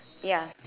ya